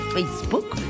Facebook